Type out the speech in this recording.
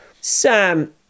Sam